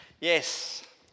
Yes